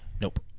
nope